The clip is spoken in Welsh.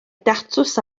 datws